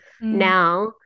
now